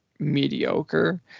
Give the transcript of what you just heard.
mediocre